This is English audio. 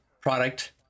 product